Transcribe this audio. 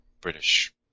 British